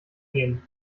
gehen